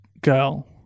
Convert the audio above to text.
girl